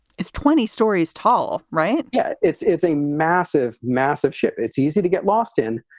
it's twenty stories tall right yeah it's it's a massive, massive ship. it's easy to get lost in,